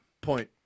point